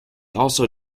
also